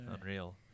Unreal